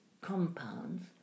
compounds